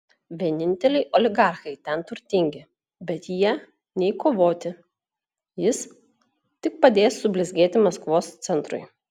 vieninteliai oligarchai ten turtingi bet jie nei kovoti jis tik padės sublizgėti maskvos centrui